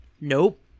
Nope